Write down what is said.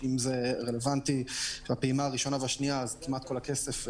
אם זה רלוונטי לפעימות הראשונה והשנייה כמעט כל הכסף ניתן.